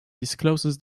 discloses